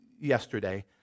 yesterday